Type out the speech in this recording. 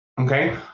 Okay